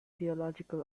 theological